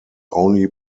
only